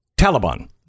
Taliban